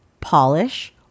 Polish